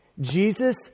Jesus